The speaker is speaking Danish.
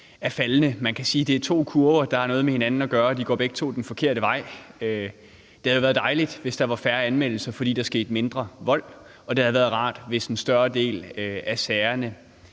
er faldende. Man kan sige, at det er to kurver, der har noget med hinanden at gøre, og de går begge to den forkerte vej. Det havde været dejligt, hvis der var færre anmeldelser, fordi der skete mindre vold, og det havde været rart, hvis en større del af sagerne